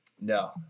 No